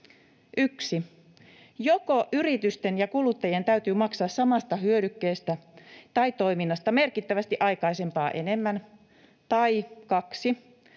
1) joko yritysten ja kuluttajien täytyy maksaa samasta hyödykkeestä tai toiminnasta merkittävästi aikaisempaa enemmän